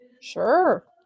sure